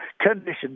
conditions